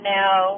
now